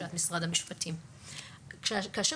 השלבים המקדימים שנועדו לתמוך את זכות ההיוועצות